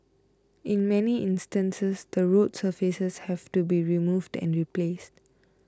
in many instances the road surfaces have to be removed and replaced